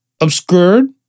obscured